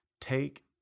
take